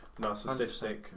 narcissistic